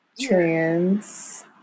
trans